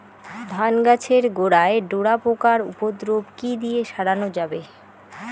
ধান গাছের গোড়ায় ডোরা পোকার উপদ্রব কি দিয়ে সারানো যাবে?